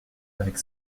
avec